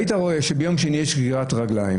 היית רואה שביום שני יש גרירת רגליים,